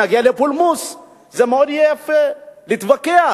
נגיע לפולמוס, זה יהיה מאוד יפה, נתווכח.